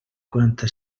quaranta